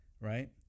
right